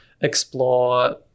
explore